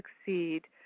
succeed